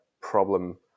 problem